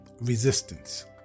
resistance